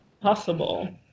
possible